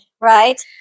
Right